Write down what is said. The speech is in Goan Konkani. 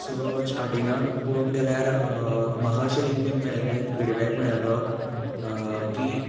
सो स्टाटिंगाक पोळवंक गेल्यार म्हाका अशे रिव्यूज मेळ्ळे फिडबॅक मेळेलो की